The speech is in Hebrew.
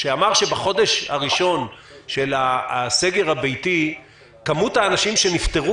שאמר שבחודש הראשון של הסגר הביתי מספר האנשים שנפטרו